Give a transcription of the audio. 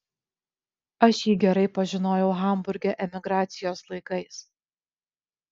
aš jį gerai pažinojau hamburge emigracijos laikais